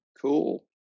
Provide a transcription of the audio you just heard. Cool